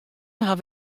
haw